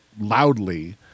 loudly